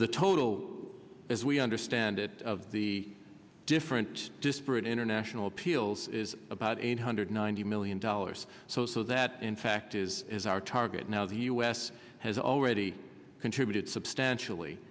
the total as we understand it of the different disparate international peals is about eight hundred ninety million dollars so so that in fact is as our target now the u s has already contributed substantially